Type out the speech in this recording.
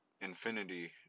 infinity